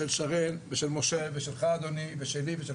של שרן של משה ושלך אדוני ושלי ושל